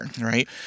right